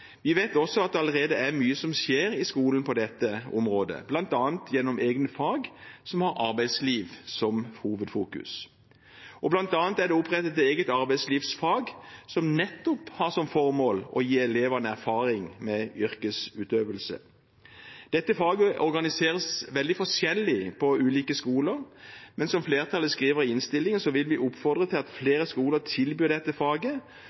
Vi vet også at det allerede er mye som skjer i skolen på dette området, bl.a. gjennom egne fag som har arbeidsliv som hovedtema. Det er bl.a. opprettet et eget arbeidslivsfag, som nettopp har som formål å gi elevene erfaring med yrkesutøvelse. Dette faget organiseres veldig forskjellig på ulike skoler, men som flertallet skriver i innstillingen, vil vi oppfordre til at flere skoler tilbyr dette faget,